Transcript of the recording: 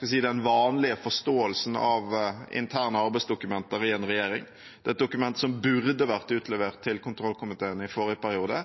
den vanlige forståelsen av interne arbeidsdokumenter i en regjering. Det er et dokument som burde vært utlevert til kontrollkomiteen i forrige periode.